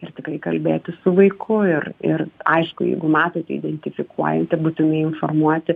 ir tikrai kalbėtis su vaiku ir ir aišku jeigu matote identifikuojantį būtinai informuoti